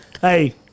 hey